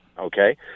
Okay